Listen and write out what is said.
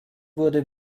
wurde